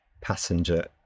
passenger